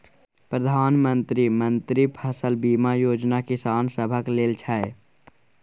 प्रधानमंत्री मन्त्री फसल बीमा योजना किसान सभक लेल छै